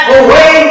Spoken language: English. away